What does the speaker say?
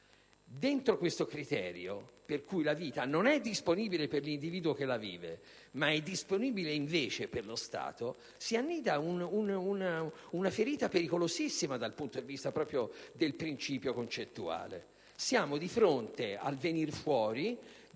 Dentro questo criterio per cui la vita non è disponibile per l'individuo che la vive, ma è disponibile invece per lo Stato si annida una ferita pericolosissima dal punto di vista del principio concettuale. Siamo di fronte al venir fuori